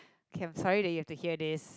okay I'm sorry that you have to hear this